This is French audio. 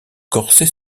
corset